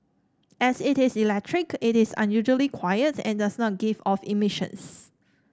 as it is electric it is unusually quiet and does not give off emissions